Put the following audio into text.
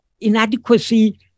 inadequacy